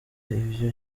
ivyo